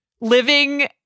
living